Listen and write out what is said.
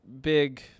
big